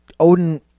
Odin